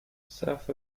south